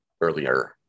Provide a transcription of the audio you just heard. earlier